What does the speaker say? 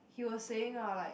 he were saying lah like